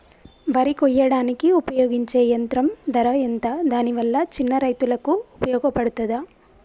వరి కొయ్యడానికి ఉపయోగించే యంత్రం ధర ఎంత దాని వల్ల చిన్న రైతులకు ఉపయోగపడుతదా?